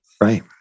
Right